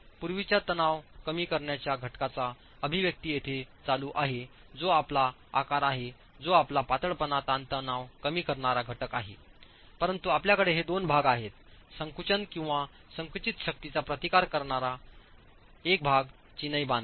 पूर्वीच्या तणाव कमी करण्याच्या घटकाचा अभिव्यक्ती तेथे चालू आहे जो आपला आकार आहे जो आपला पातळपणा ताणतणाव कमी करणारा घटक आहे परंतु आपल्याकडे हे 2 भाग आहेत संकुचन किंवा संकुचित शक्तींचा प्रतिकार पाहणारा एक भाग चिनाई बांधकाम